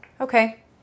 Okay